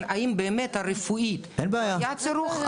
האם באמת רפואית היה צורך --- אין בעיה.